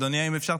אם אפשר,